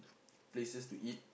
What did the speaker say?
places to eat